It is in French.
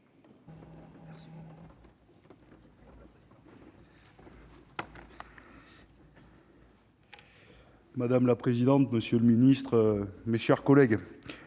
Madame la présidente, monsieur le ministre, mes chers collègues,